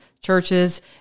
churches